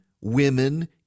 women